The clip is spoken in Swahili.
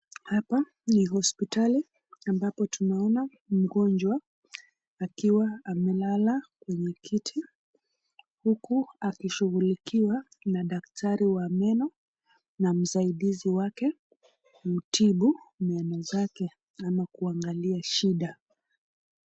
Hapa ni hospitali ambapo tunaona mgonjwa akiwa amelala kwenye kiti uku akishughulikiwa na daktari wa meno na msaidizi wake, kumtibu meno zake ama kuangalia shida.